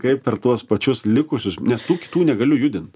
kaip per tuos pačius likusius nes tų kitų negaliu judint